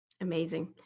amazing